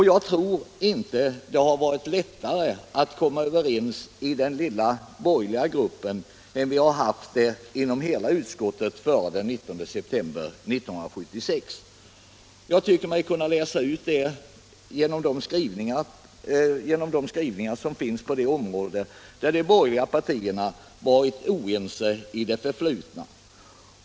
Jag tror inte det har varit lättare att komma överens i den lilla borgerliga gruppen än det varit att komma överens inom hela utskottet före den 19 september 1976! Det tycker jag mig kunna utläsa av skrivningarna på de områden där de borgerliga partierna varit oense i det förflutna.